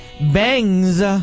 Bangs